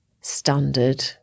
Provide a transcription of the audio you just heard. standard